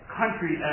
country